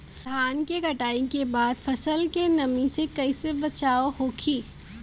धान के कटाई के बाद फसल के नमी से कइसे बचाव होखि?